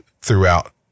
throughout